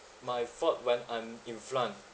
my fault when I'm in front